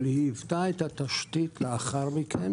אבל היא היוותה את התשתית לאחר מכן,